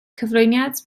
cyflwyniad